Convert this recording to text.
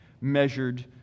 measured